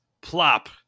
plop